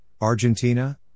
Argentina